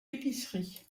épicerie